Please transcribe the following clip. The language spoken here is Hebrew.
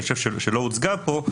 שאני חושב שלא הוצגה פה,